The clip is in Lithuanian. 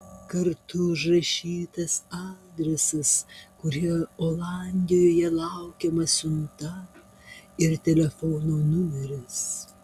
kartu užrašytas adresas kuriuo olandijoje laukiama siunta ir telefono numeris